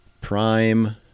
Prime